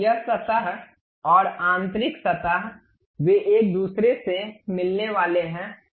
अब यह सतह और आंतरिक सतह वे एक दूसरे से मिलने वाले हैं